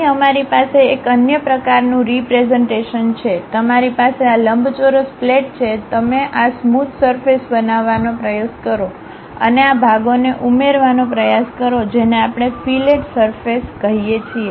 અહીં અમારી પાસે એક અન્ય પ્રકારનું રીપ્રેઝન્ટેશન છે તમારી પાસે આ લંબચોરસ પ્લેટ છે જે તમે આ સ્મોધ સરફેસ બનાવવાનો પ્રયાસ કરો અને આ ભાગોને ઉમેરવાનો પ્રયાસ કરો જેને આપણે ફીલેટ સરફેસ કહીએ છીએ